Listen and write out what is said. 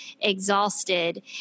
exhausted